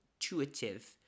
intuitive